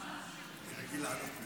היערכות לחופש